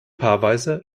paarweise